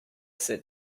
sit